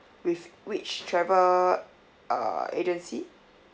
with which travel uh agency